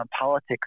politics